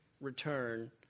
return